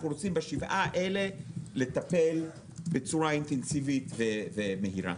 אנחנו רוצים בשבעה האלה לטפל בצורה אינטנסיבית ומהירה.